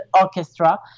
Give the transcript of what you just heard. Orchestra